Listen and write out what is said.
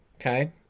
okay